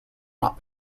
not